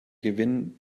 gewinn